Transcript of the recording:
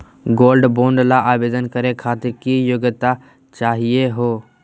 Gold bond ल आवेदन करे खातीर की योग्यता चाहियो हो?